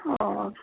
oh